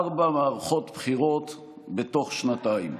ארבע מערכות בחירות בתוך שנתיים.